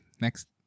next